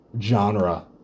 genre